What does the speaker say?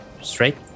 Straight